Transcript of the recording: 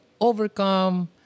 overcome